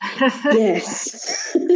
Yes